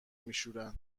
میشورن